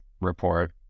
report